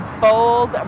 bold